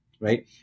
right